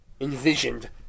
envisioned